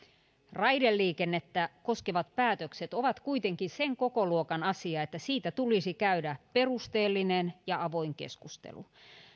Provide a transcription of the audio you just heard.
raideliikennettä koskevat päätökset ovat kuitenkin sen kokoluokan asia että siitä tulisi käydä perusteellinen ja avoin keskustelu